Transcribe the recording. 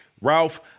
Ralph